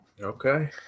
Okay